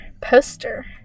Poster